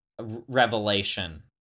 revelation